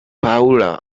paulo